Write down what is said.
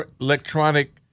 electronic